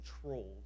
controlled